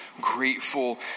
grateful